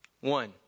one